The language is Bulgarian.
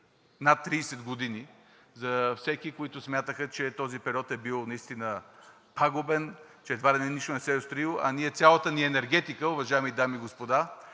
30 години за всички, които смятаха, че този период е бил наистина пагубен, че едва ли не нищо не се е строило. Цялата ни енергетика, уважаеми дами и господа,